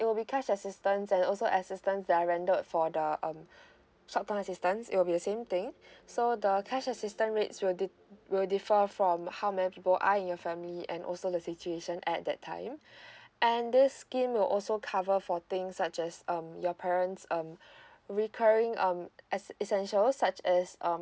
it will be cash assistance and also assistance that are rendered for the um short term assistance it will be the same thing so the cash assistance rates will di~ will differ from how many people are in your family and also the situation at that time and this scheme will also cover for things such as um your parent's um recurring um es~ essential such as um